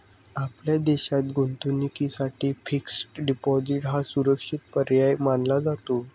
आपल्या देशात गुंतवणुकीसाठी फिक्स्ड डिपॉजिट हा सुरक्षित पर्याय मानला जातो